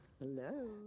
Hello